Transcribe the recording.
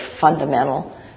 fundamental